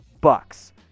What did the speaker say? bucks